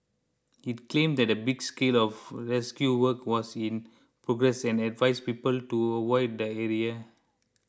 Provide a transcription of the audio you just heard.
it claimed that a big scale of rescue work was in progress and advised people to avoid the